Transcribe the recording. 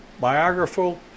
biographical